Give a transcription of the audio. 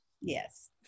Yes